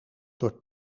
door